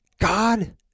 God